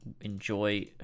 Enjoy